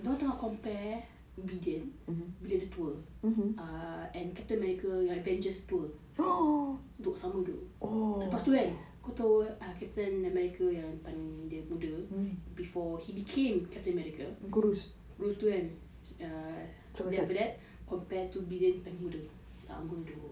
dorang tengah compare biden bila dia tua err and captain america avengers tua dok sama dok lepas tu kan kau tahu ah captain america yang time dia muda before he became captain america err then after that compare to biden time muda sama dok